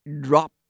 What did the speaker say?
drop